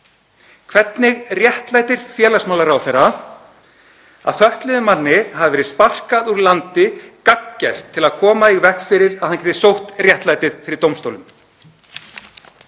Hvernig réttlætir félagsmálaráðherra að fötluðum manni hafi verið sparkað úr landi gagngert til að koma í veg fyrir að hann geti sótt réttlætið fyrir dómstólum?